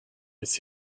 its